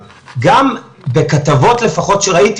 יש חיסכון בעוד רכב.